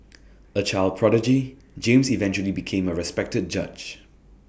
A child prodigy James eventually became A respected judge